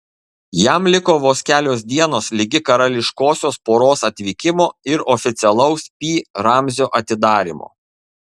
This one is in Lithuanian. jam liko vos kelios dienos ligi karališkosios poros atvykimo ir oficialaus pi ramzio atidarymo